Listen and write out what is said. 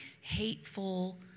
hateful